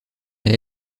aile